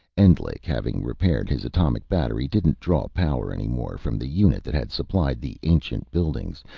endlich, having repaired his atomic battery, didn't draw power anymore from the unit that had supplied the ancient buildings.